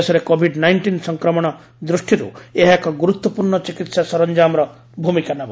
ଦେଶରେ Covid nineteen ସଂକ୍ରମଣ ଦୃଷ୍ଟିରୁ ଏହା ଏକ ଗୁରୁତ୍ୱପୂର୍ଣ୍ଣ ଚିକିତ୍ସା ସରଞ୍ଜାମର ଭୂମିକା ନେବ